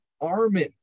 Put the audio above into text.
armin